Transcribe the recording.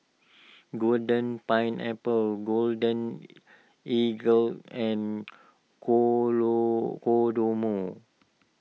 Golden Pineapple Golden Eagle and Kodomo